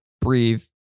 breathe